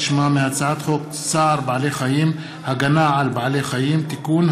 שמה מהצעת חוק צער בעלי חיים (הגנה על בעלי חיים) (תיקון,